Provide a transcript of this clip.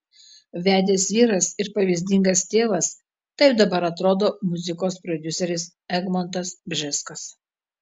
vedęs vyras ir pavyzdingas tėvas taip dabar atrodo muzikos prodiuseris egmontas bžeskas